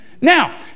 Now